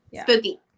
spooky